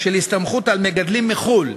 של הסתמכות על מגדלים מחו"ל,